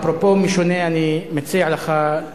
לכן, אפרופו משונה, אני מציע לך,